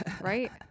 right